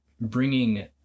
bringing